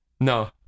No